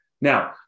Now